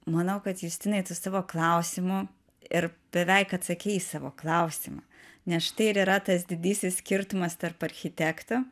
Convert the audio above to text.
manau kad justinai tu savo klausimu ir beveik atsakei į savo klausimą nes štai ir yra tas didysis skirtumas tarp architekto